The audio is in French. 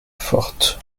forte